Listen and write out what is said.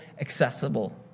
accessible